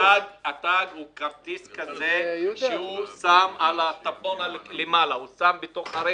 התג הוא כרטיס שהוא שם בתוך הרכב.